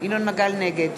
נגד